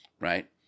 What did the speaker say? right